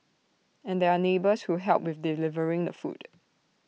and there are neighbours who help with delivering the food